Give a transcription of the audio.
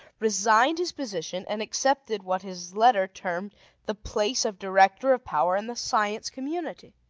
resigned his position, and accepted what his letter termed the place of director of power in the science community.